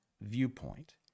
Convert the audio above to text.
viewpoint